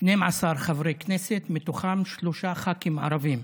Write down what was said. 12 חברי כנסת, ומתוכם שלושה ח"כים ערבים.